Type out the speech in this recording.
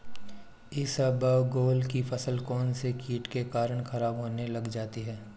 इसबगोल की फसल कौनसे कीट के कारण खराब होने लग जाती है?